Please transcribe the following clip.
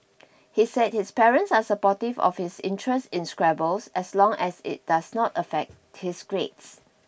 he said his parents are supportive of his interest in Scrabble as long as it does not affect his grades